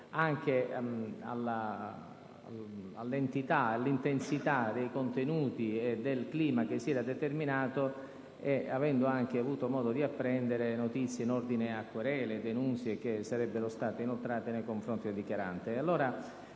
in relazione anche all'intensità dei contenuti e del clima che si era determinato, avendo avuto anche modo di apprendere notizie in ordine a querele, denunzie che sarebbero state inoltrate nei confronti del dichiarante.